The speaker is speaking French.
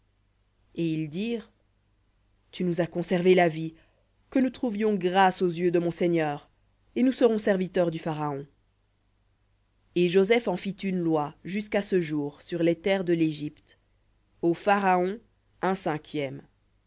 et ils dirent tu nous as conservé la vie que nous trouvions grâce aux yeux de mon seigneur et nous serons serviteurs du pharaon et joseph en fit une loi jusqu'à ce jour sur les terres de l'égypte au pharaon un cinquième